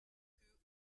grew